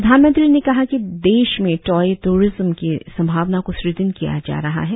प्रधानमंत्री ने कहा कि देश में टॉय टूरिज्म की संभावनाओं को स्दृढ़ किया जा रहा है